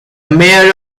mayor